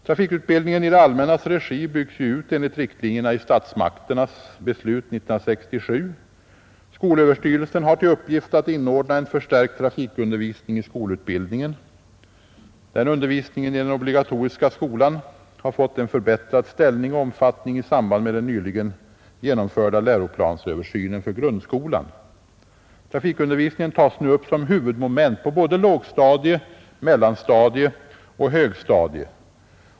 Trafikutbildningen i det allmännas regi byggs ju ut enligt riktlinjerna i statsmakternas beslut år 1967. Skolöverstyrelsen har till uppgift att inordna en förstärkt trafikundervisning i skolutbildningen. Den undervisningen i den obligatoriska skolan har fått en förbättrad ställning och omfattning i samband med den nyligen genomförda läroplansöversynen för grundskolan, Trafikundervisningen tas nu upp som huvudmoment på både lågstadium, mellanstadium och högstadium.